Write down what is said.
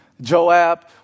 Joab